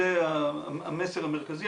זה המסר המרכזי.